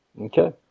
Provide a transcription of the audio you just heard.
Okay